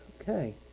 Okay